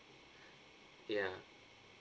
ya